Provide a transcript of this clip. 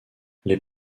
les